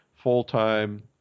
full-time